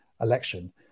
election